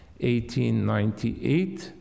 1898